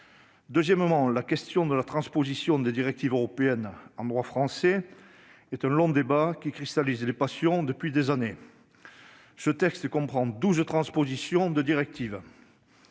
Deuxièmement, la question de la transposition des directives européennes en droit français est un long débat qui cristallise les passions depuis des années. Ce texte comprend douze transpositions de directives.